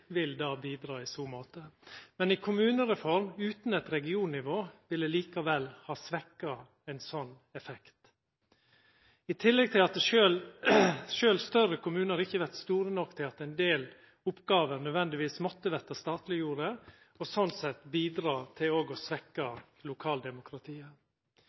måte. Men ei kommunereform utan eit regionnivå ville likevel ha svekt ein sånn effekt, i tillegg til at sjølv større kommunar ikkje vert store nok til at ein del oppgåver nødvendigvis måtte verta statleggjorde, og sånn sett bidreg til òg å